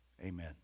Amen